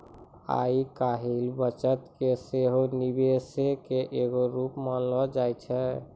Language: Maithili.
आइ काल्हि बचत के सेहो निवेशे के एगो रुप मानलो जाय छै